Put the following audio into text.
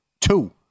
two